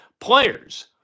players